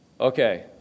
Okay